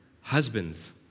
husbands